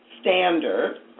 standard